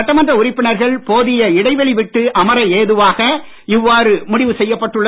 சட்டமன்ற உறுப்பினர்கள் போதிய இடைவெளி விட்டு அமர ஏதுவாக இவ்வாறு முடிவு செய்யப்பட்டுள்ளது